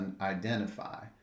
identify